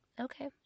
Okay